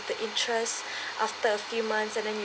the interest after a few months and then